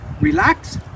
relax